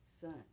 son